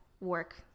work